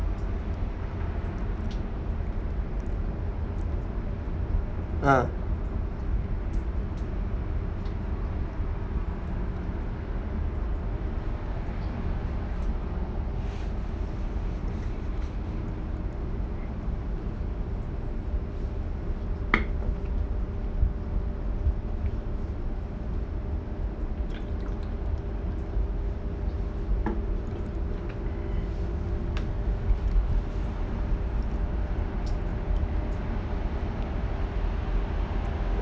ah